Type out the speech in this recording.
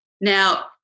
Now